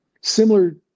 similar